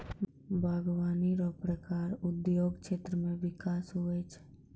बागवानी रो प्रकार उद्योग क्षेत्र मे बिकास हुवै छै